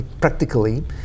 practically